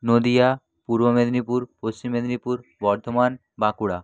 Nadia Purba Medinipur Paschim Medinipur Bardhaman Bankura